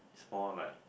more like